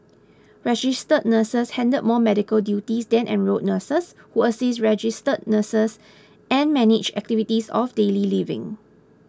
registered nurses handle more medical duties than enrolled nurses who assist registered nurses and manage activities of daily living